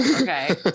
okay